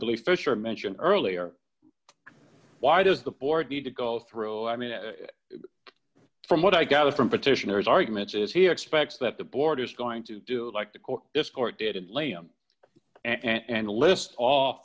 believe fisher mentioned earlier why does the board need to go through i mean from what i gather from petitioner's arguments is he expects that the boarders going to do like the court this court did l